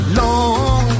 long